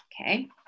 okay